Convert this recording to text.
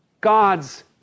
God's